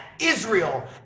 Israel